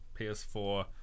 PS4